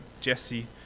Jesse